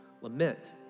lament